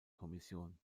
kommission